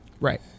Right